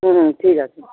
হুম হুম ঠিক আছে